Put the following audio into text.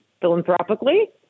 philanthropically